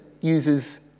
uses